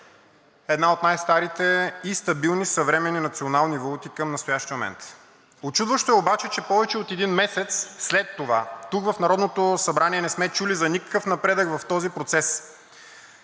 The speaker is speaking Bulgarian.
една от най старите и стабилни съвременни национални валути към настоящия момент. Учудващо е обаче, че повече от един месец след това в Народното събрание не сме чули за никакъв напредък в този процес.